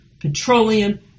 petroleum